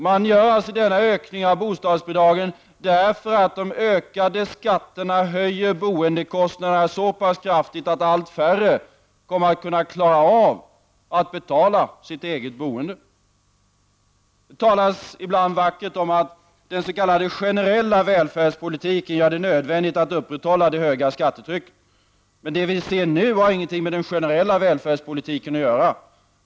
Man genomför denna ökning av bostadsbidragen eftersom de ökade skatterna höjer boendekostnaderna så pass kraftigt att allt färre kommer att kunna klara av att betala sitt eget boende. Det talas ibland vackert om att den s.k. generella välfärdspolitiken gör det nödvändigt att upprätthålla det höga skattetrycket. Men det vi ser nu har inget med den generella välfärdspolitiken att göra.